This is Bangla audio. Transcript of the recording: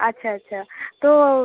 আচ্ছা আচ্ছা তো